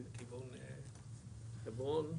לכיוון חברון,